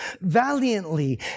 valiantly